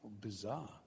bizarre